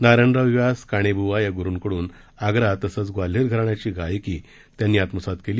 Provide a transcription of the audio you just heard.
नारायणराव व्यास काणेब्वा या गुरूंकडून आग्रा तसंच ग्वाल्हेर घराण्याची गायकी त्यांनी आत्मसात केली